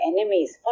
enemies